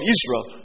Israel